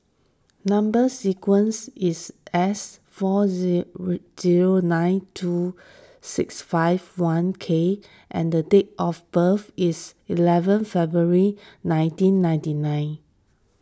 Number Sequence is S four zero nine two six five one K and date of birth is eleven February nineteen ninety nine